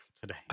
today